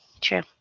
True